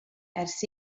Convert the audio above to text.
ers